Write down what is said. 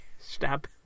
stab